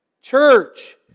Church